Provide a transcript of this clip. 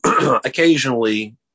occasionally